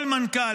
כל מנכ"ל,